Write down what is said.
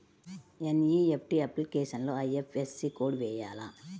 NEFT అప్లికేషన్లో IFSC code వేయాలా?